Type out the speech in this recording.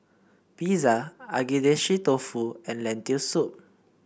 Pizza Agedashi Dofu and Lentil Soup